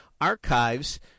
Archives